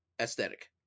aesthetic